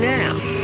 now